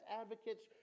advocates